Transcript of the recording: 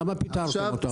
למה פיטרתם אותם?